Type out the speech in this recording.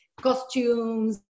costumes